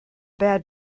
bad